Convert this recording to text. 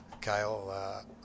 Kyle